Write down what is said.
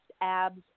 abs